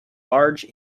large